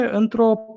într-o